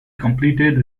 completed